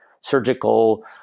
surgical